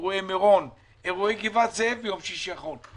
אירועי מירון ואירועי גבעת זאב ביום שישי האחרון?